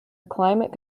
climate